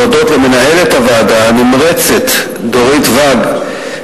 להודות למנהלת הוועדה הנמרצת דורית ואג,